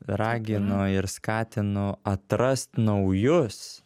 raginu ir skatinu atrast naujus